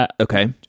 Okay